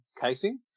casing